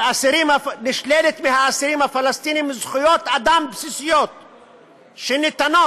נשללות מהאסירים הפלסטינים זכויות אדם בסיסיות שניתנות